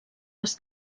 les